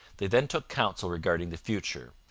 they then took counsel regarding the future,